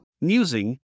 Musing